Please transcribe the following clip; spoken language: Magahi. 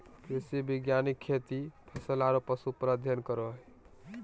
कृषि वैज्ञानिक खेती, फसल आरो पशु पर अध्ययन करो हइ